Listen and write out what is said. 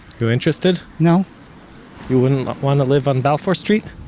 you interested? no you wouldn't want to live on balfour street?